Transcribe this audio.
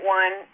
one